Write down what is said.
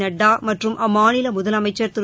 நட்டா மற்றும் அம்மாநில முதலமைச்சர் திரு